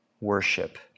worship